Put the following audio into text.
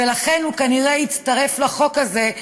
ולכן הוא כנראה הצטרף לחוק הזה,